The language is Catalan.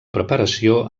preparació